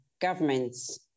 governments